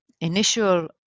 initial